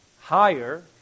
higher